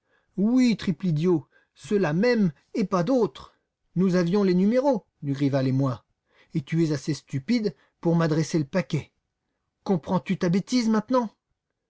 oui triple idiot ceux-là mêmes et pas d'autres nous avions les numéros dugrival et moi et tu es assez stupide pour m'adresser le paquet comprends-tu ta bêtise maintenant